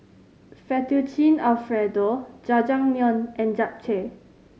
Fettuccine Alfredo Jajangmyeon and Japchae